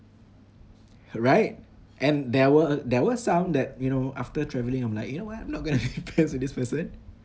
right and there were there were some that you know after travelling I'm like you know [what] I'm not gonna be friends with this person